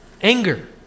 Anger